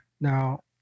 Now